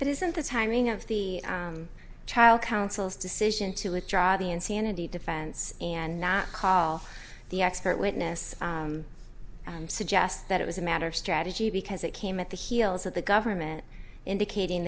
but isn't the timing of the child council's decision to withdraw the insanity defense and not call the expert witness and suggest that it was a matter of strategy because it came at the heels of the government indicating